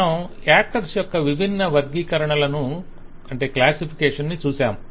మనం యాక్టర్స్ యొక్క విభిన్న వర్గీకరణలను చూశాము